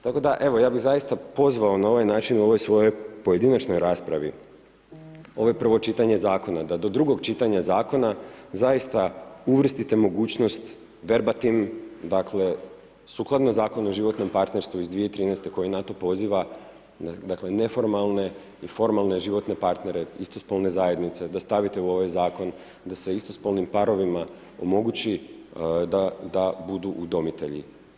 Tako da evo, ja bih zaista pozvao na ovaj način u ovoj svojoj pojedinačnoj raspravi, ovo je prvo čitanje Zakona, da do drugog čitanja Zakona zaista uvrstite mogućnost verbatim dakle, sukladno Zakonu o životnom partnerstvu iz 2013. koji na to poziva, dakle neformalne i formalne životne partnere, istospolne zajednice da stavite u ovaj Zakon, da se istospolnim parovima omogući da budu udomitelji.